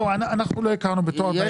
לא, אנחנו לא הכרנו בתואר דיין.